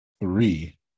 three